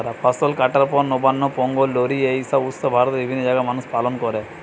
ফসল কাটার পর নবান্ন, পোঙ্গল, লোরী এই উৎসব ভারতের বিভিন্ন জাগায় মানুষ পালন কোরে